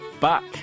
Back